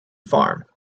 farm